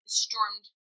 stormed